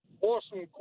awesome